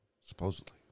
Supposedly